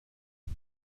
سمع